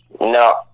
No